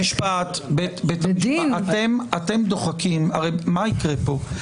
מה יקרה פה?